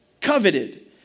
coveted